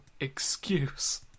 excuse